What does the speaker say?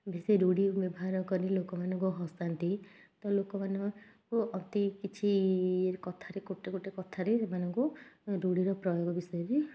ବେଶି ରୂଢ଼ି ବ୍ୟବହାର କରି ଲୋକମାନଙ୍କୁ ହସାନ୍ତି ତ ଲୋକମାନ ଙ୍କୁ ଅତି କିଛି ଇଏ କଥାରେ ଗୋଟେ ଗୋଟେ କଥାରେ ସେମାନଙ୍କୁ ରୂଢ଼ିର ପ୍ରୟୋଗ ବିଷୟରେ